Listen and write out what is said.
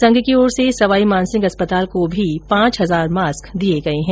संघ की ओर से सवाईमानसिंह अस्पताल को भी पांच हजार मास्क दिये गए है